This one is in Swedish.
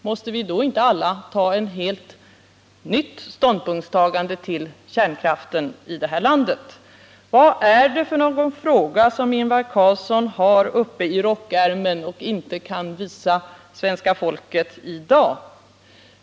Måste vi då inte alla ta en helt ny ställning till kärnkraften härilandet? Vad är det för fråga som Ingvar Carlsson har i rockärmen och inte kan visa svenska folket i dag?